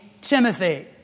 Timothy